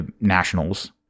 nationals